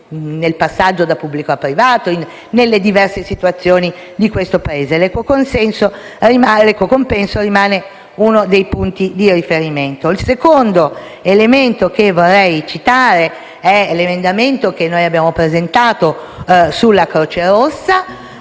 nel passaggio tra pubblico a privato e nelle diverse situazioni di questo Paese. L'equo compenso rimane uno dei punti di riferimento. Il secondo elemento che vorrei citare riguarda l'emendamento che abbiamo presentato sulla Croce Rossa.